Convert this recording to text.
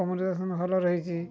communication ଭଲ ରହିଛି